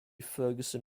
ferguson